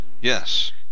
yes